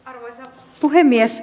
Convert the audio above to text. arvoisa puhemies